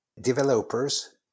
developers